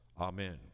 amen